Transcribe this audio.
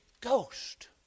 Ghost